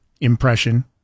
impression